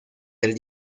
del